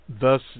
Thus